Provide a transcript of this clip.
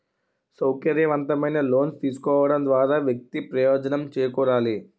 సౌకర్యవంతమైన లోన్స్ తీసుకోవడం ద్వారా వ్యక్తి ప్రయోజనం చేకూరాలి